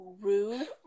rude